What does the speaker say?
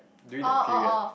during that period